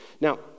Now